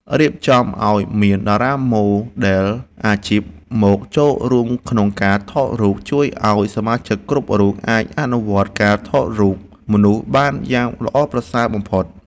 រៀបចំឱ្យមានតារាម៉ូដែលអាជីពមកចូលរួមក្នុងការថតរូបជួយឱ្យសមាជិកគ្រប់រូបអាចអនុវត្តការថតរូបមនុស្សបានយ៉ាងល្អប្រសើរបំផុត។